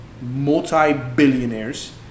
multi-billionaires